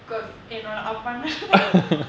cause என்னோட:ennoda